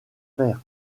faire